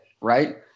right